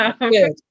good